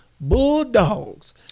Bulldogs